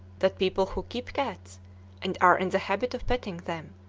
that people who keep cats and are in the habit of petting them,